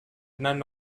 none